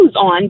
on